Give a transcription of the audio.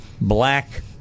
black